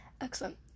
excellent